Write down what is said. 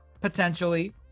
potentially